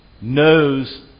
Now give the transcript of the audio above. knows